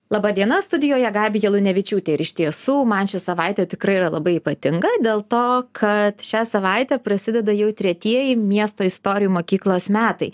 laba diena studijoje gabija lunevičiūtė ir iš tiesų man ši savaitė tikrai yra labai ypatinga dėl to kad šią savaitę prasideda jau tretieji miesto istorijų mokyklos metai